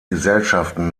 gesellschaften